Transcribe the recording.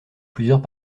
plusieurs